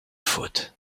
faute